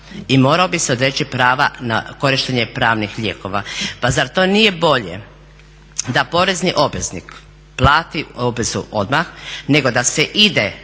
i morao bi se odreći prava na korištenje pravnih lijekova. Pa zar to nije bolje da porezni obveznik plati obvezu odmah nego da se ide